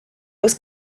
was